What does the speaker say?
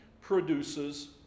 produces